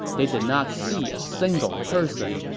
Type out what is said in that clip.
they did not see a single person.